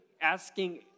asking